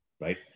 right